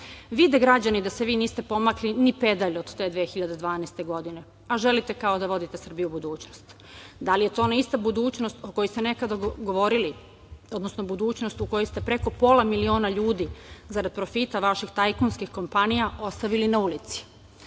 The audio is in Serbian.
Vide građani da se vi niste pomakli ni pedalj od te 2012. godine, a želite kao da vodite Srbiju u budućnost. Da li je to ona ista budućnost o kojoj ste nekad govorili, odnosno budućnost u kojoj ste preko pola miliona ljudi zarad profita vaših tajkunskih kompanija ostavili na ulici.